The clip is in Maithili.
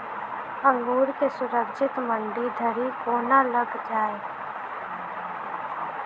अंगूर केँ सुरक्षित मंडी धरि कोना लकऽ जाय?